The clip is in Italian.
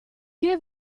che